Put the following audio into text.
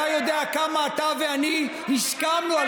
אתה יודע כמה אתה ואני הסכמנו,